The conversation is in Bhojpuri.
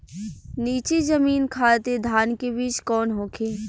नीची जमीन खातिर धान के बीज कौन होखे?